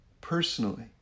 personally